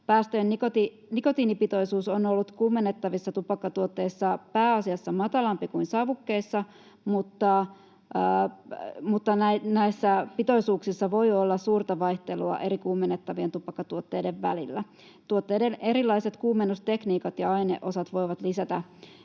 Päästöjen nikotiinipitoisuus on ollut kuumennettavissa tupakkatuotteissa pääasiassa matalampi kuin savukkeessa, mutta näissä pitoisuuksissa voi olla suurta vaihtelua eri kuumenettavien tupakkatuotteiden välillä. Tuotteiden erilaiset kuumennustekniikat ja ainesosat voivat lisäksi